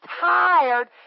tired